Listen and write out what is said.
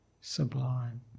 sublime